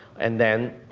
and then,